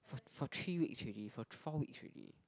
for for three weeks already for four weeks already